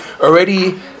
already